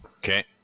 Okay